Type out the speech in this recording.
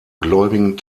gläubigen